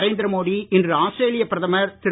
நரேந்திர மோடி இன்று ஆஸ்திரேலிய பிரதமர் திரு